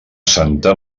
santa